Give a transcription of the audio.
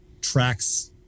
tracks